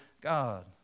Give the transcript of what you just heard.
God